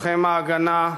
לוחם "ההגנה",